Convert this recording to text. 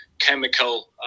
chemical